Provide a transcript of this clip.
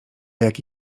jaki